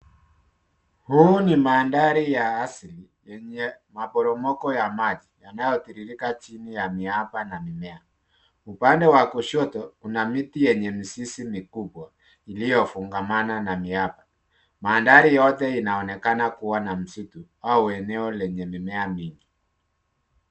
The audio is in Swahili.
Huu ni mandhari ya asili yenye maporomoko ya maji yanayotiririka chini ya miamba na mimea. Upande wa kushoto kuna miti yenye mizizi mikubwa iliyofungamana na miamba. Mandhari yote inaonekana kuwa na msitu au eneo lenye mimea mingi.